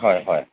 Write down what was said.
হয় হয়